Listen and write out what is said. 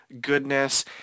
goodness